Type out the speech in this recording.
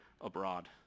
abroad